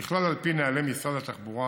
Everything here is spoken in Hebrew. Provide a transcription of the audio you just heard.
ככלל, על פי נוהלי משרד התחבורה,